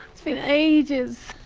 it's been ages.